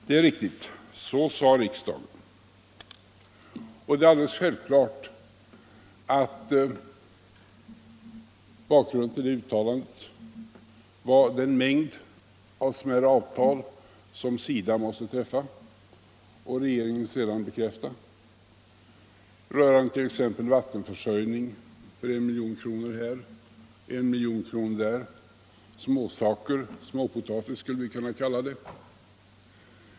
Det är riktigt; så sade riksdagen. Och det är alldeles självklart att bakgrunden till det uttalandet var den mängd av smärre avtal som SIDA måste träffa och regeringen sedan bekräfta — rörande t.ex. vattenförsörjning för 1 milj.kr. här och 1 milj.kr. där. Småsaker, eller småpotatis, skulle vi kunna kalla det.